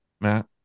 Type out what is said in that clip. Matt